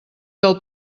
del